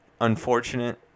unfortunate